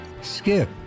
Skip